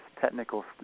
technical